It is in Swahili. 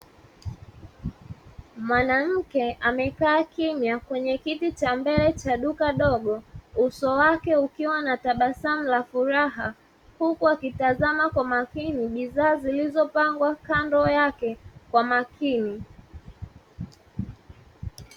Mwanamke amekaa kimya kwenye kiti cha mbele cha duka dogo, uso wake ukiwa na tabasamu la furaha, huku akitazama kwa makini bidhaa zilizopangwa kando yake kwa makini.